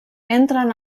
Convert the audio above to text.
entren